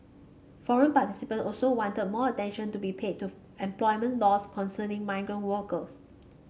forum participant also wanted more attention to be paid to employment laws concerning migrant workers